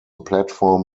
platform